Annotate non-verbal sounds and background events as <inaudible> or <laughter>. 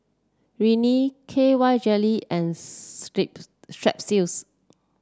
Rene K Y Jelly and <unintelligible> Strepsils